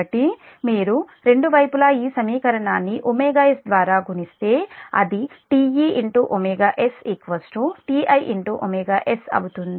కాబట్టి మీరు రెండు వైపులా ఈ సమీకరణాన్నిs ద్వారా గుణిస్తే అది Te s Ti s అవుతుంది